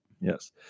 Yes